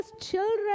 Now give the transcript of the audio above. children